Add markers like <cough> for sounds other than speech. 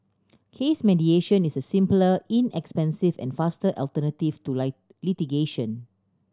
case mediation is a simpler inexpensive and faster alternative to <unintelligible> litigation